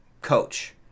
coach